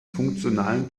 funktionalen